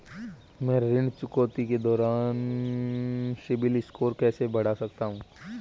मैं ऋण चुकौती के दौरान सिबिल स्कोर कैसे बढ़ा सकता हूं?